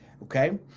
Okay